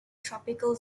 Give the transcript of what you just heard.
tropical